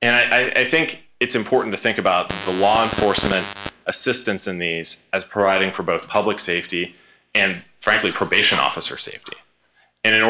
and i think it's important to think about the law enforcement assistance in these as providing for both public safety and frankly probation officer safety and in